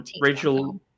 Rachel